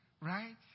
Right